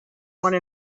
one